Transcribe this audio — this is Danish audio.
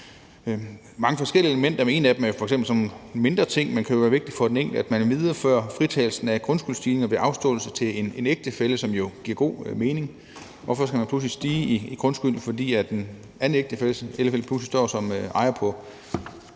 andre forskellige elementer, og et af dem er f.eks. sådan en mindre ting, men som jo kan være vigtigt for den enkelte, nemlig at man viderefører fritagelsen for grundskyldsstigninger ved afståelse til en ægtefælle, og som jo giver god mening. Hvorfor skal man pludselig stige i grundskyld, fordi den anden af ægtefællerne pludselig står som ejer af